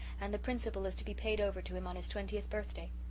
and the principal is to be paid over to him on his twentieth birthday.